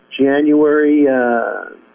january